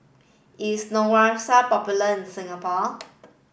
is Neostrata popular in Singapore